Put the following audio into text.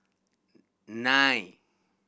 nine